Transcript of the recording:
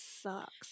sucks